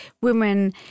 women